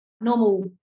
normal